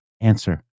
Answer